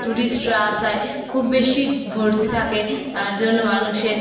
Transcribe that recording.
টুরিস্টরা আসায় খুব বেশি ভর্তি থাকে তার জন্য মানুষের